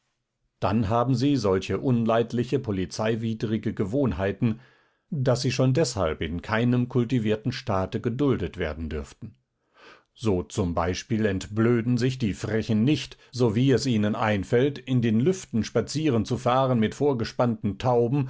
dann haben sie solche unleidliche polizeiwidrige gewohnheiten daß sie schon deshalb in keinem kultivierten staate geduldet werden dürften so z b entblöden sich die frechen nicht sowie es ihnen einfällt in den lüften spazieren zu fahren mit vorgespannten tauben